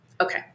Okay